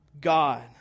God